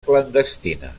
clandestina